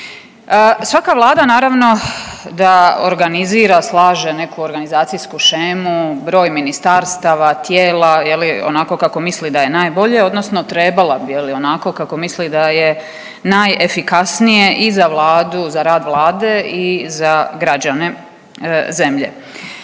Svaka Vlada naravno da organizira, slaže neku organizacijsku šemu, broj ministarstava, tijela je li onako kako misli da je najbolje odnosno trebala bi je li onako kako misli da je najefikasnije i za Vladu, za rad Vlade i za građane zemlje.